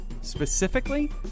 Specifically